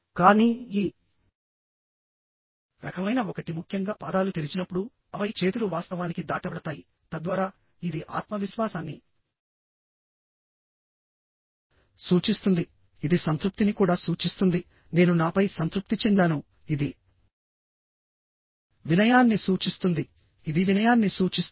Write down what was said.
కానీ ఈ రకమైన ఒకటి ముఖ్యంగా పాదాలు తెరిచినప్పుడు ఆపై చేతులు వాస్తవానికి దాటబడతాయి తద్వారా ఇది ఆత్మవిశ్వాసాన్ని సూచిస్తుంది ఇది సంతృప్తిని కూడా సూచిస్తుంది నేను నాపై సంతృప్తి చెందాను ఇది వినయాన్ని సూచిస్తుందిఇది వినయాన్ని సూచిస్తుంది